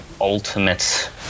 ultimate